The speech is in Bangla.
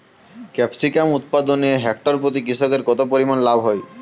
ক্যাপসিকাম উৎপাদনে হেক্টর প্রতি কৃষকের কত পরিমান লাভ হয়?